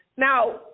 Now